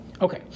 Okay